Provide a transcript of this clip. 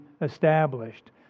established